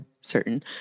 certain